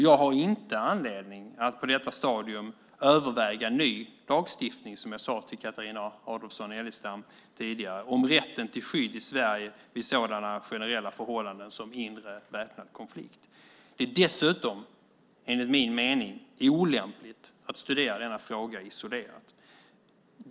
Jag har inte anledning att på detta stadium överväga ny lagstiftning, som jag sade till Carina Adolfsson Elgestam, om rätten till skydd i Sverige vid sådana generella förhållanden som inre väpnad konflikt. Dessutom är det enligt min mening olämpligt att studera denna fråga isolerat.